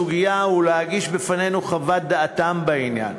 הסוגיה ולהגיש בפנינו את חוות דעתם בעניין.